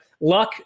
luck